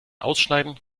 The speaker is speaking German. ausschneiden